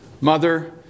mother